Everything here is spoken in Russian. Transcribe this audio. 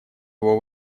его